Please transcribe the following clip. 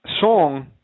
song